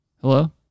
Hello